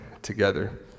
together